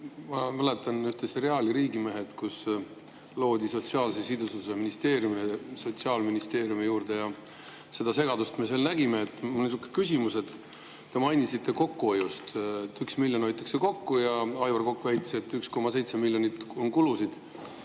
Ma mäletan ühte seriaali "Riigimehed", kus loodi sotsiaalse sidususe ministeerium sotsiaalministeeriumi juurde ja seda segadust me seal nägime. Mul on niisugune küsimus. Te mainisite kokkuhoidu: 1 miljon hoitakse kokku, ja Aivar Kokk väitis, et 1,7 miljonit on kulusid.